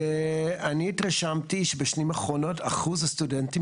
ואני התרשמתי שבשנים האחרונות אחוז הסטודנטים